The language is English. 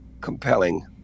compelling